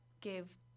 give